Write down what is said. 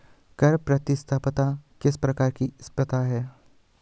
कर प्रतिस्पर्धा किस प्रकार की स्पर्धा है?